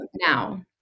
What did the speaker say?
now